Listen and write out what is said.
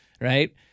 right